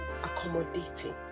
accommodating